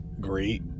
great